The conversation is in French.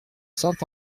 saint